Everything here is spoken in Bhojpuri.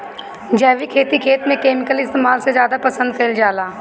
जैविक खेती खेत में केमिकल इस्तेमाल से ज्यादा पसंद कईल जाला